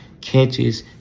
catches